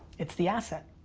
it's the asset.